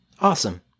Awesome